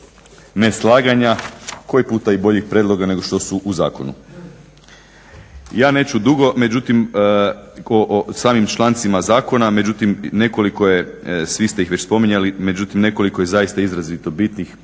neslaganja, koji puta i boljih prijedloga nego što su u zakonu. Ja neću dugo o samim člancima zakona, međutim nekoliko je, svi ste ih već spominjali, međutim nekoliko je zaista izrazito bitnih pa